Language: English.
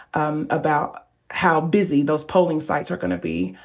um about how busy those polling sites are gonna be.